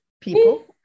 people